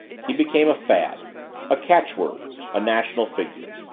he became a fad a catchword a national figure.